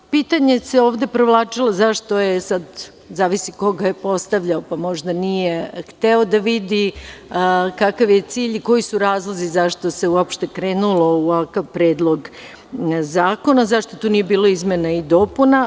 Ovde se provlačilo pitanje, sada zavisi ko ga je postavljao, pa možda nije hteo da vidi kakav je cilj i koji su razlozi zašto se uopšte krenulo u ovakav predlog zakona, zašto tu nije bilo izmena i dopuna.